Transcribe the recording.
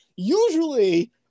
usually